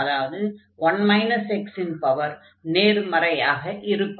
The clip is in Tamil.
அதாவது 1 x இன் பவர் நேர்மறையாக இருக்கும்